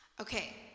Okay